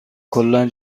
کلا